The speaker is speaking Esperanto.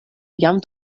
jam